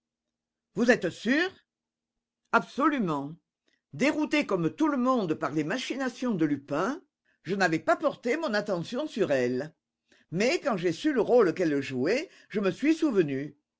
vous êtes sûr absolument dérouté comme tout le monde par les machinations de lupin je n'avais pas porté mon attention sur elle mais quand j'ai su le rôle qu'elle jouait je me suis souvenu